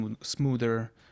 smoother